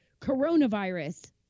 coronavirus